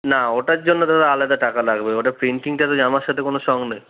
না ওটার জন্য ধরুন আলাদা টাকা লাগবে ওটা প্রিন্টিংটা তো জামার সাথে কোন সং নেই